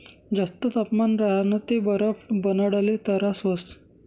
जास्त तापमान राह्यनं ते बरफ बनाडाले तरास व्हस